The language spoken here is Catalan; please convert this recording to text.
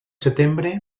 setembre